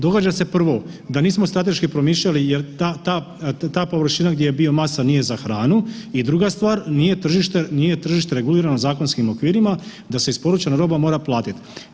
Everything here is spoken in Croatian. Događa se prvo da nismo strateški promišljali jer ta površina gdje je biomasa nije za hranu i druga stvar, nije tržište regulirano zakonskim okvirima da se isporučena roba mora platiti.